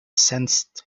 sensed